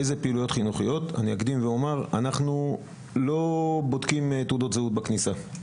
אני אקדים ואומר שאנחנו לא בודקים תעודות זהות בכניסה.